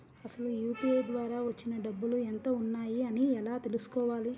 అసలు యూ.పీ.ఐ ద్వార వచ్చిన డబ్బులు ఎంత వున్నాయి అని ఎలా తెలుసుకోవాలి?